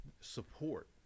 Support